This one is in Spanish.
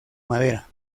madera